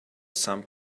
some